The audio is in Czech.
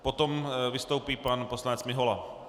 Potom vystoupí pan poslanec Mihola.